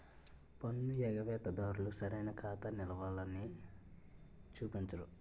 పన్ను ఎగవేత దారులు సరైన ఖాతా నిలవలని చూపించరు